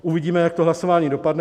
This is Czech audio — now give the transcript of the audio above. Uvidíme, jak to hlasování dopadne.